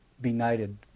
benighted